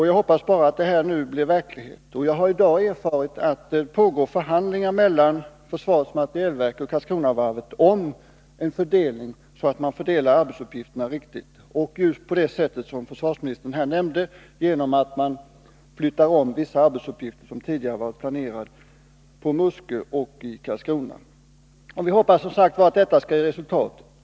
Jag hoppas bara att allt detta nu blir verklighet. Och jag har i dag erfarit att det pågår förhandlingar mellan försvarets materielverk och Karlskronavarvet om en riktig fördelning av arbetsuppgifterna — just på det sätt som 97 försvarsministern här nämnde, genom att man flyttar om vissa planerade arbetsuppgifter mellan Muskövarvet och Karlskronavarvet. Vi hoppas alltså att detta skall ge resultat.